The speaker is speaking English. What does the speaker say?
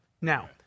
Now